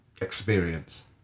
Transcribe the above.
experience